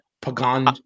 Pagan